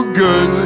good